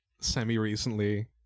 semi-recently